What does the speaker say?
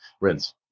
rinse